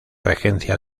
regencia